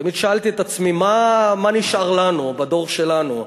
תמיד שאלתי את עצמי: מה נשאר לנו, בדור שלנו?